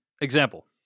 Example